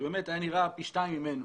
שבאמת היה נראה פי שניים ממנו,